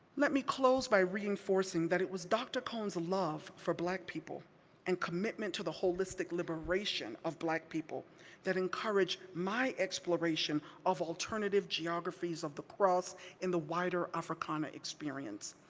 let me close by reinforcing that it was dr. cone's love for black people and commitment to the holistic liberation of black people that encouraged my exploration of alternative geographies of the cross in the wider africana experience.